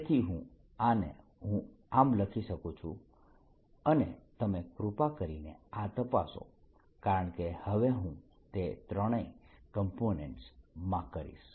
તેથી હું આને હું આમ લખી શકું છું અને તમે કૃપા કરીને આ તપાસો કારણ કે હવે હું તે ત્રણેય કોમ્પોનેન્ટ્સમાં કરીશ